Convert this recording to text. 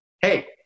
hey